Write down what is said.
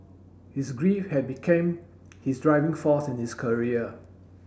his grief had became his driving force in his career